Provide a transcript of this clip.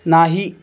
नाही